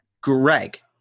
Greg